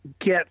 get